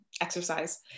exercise